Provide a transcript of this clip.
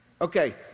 okay